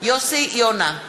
יוסי יונה,